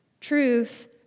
Truth